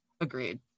agreed